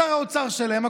שר האוצר שלהם,